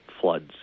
floods